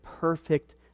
perfect